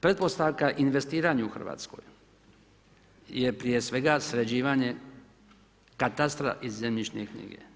Pretpostavka investiranja u Hrvatskoj je prije svega sređivanje katastra iz zemljišne knjige.